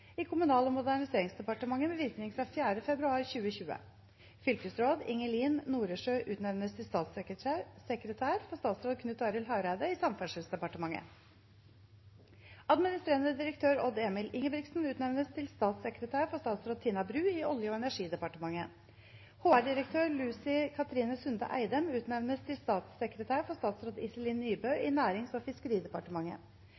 i Kommunal- og moderniseringsdepartementet med virkning fra 4. februar 2020. Fylkesråd Ingelin Noresjø utnevnes til statssekretær for statsråd Knut Arild Hareide i Samferdselsdepartementet. Administrerende direktør Odd Emil Ingebrigtsen utnevnes til statssekretær for statsråd Tina Bru i Olje- og energidepartementet. HR-direktør Lucie Katrine Sunde-Eidem utnevnes til statssekretær for statsråd Iselin Nybø